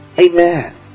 Amen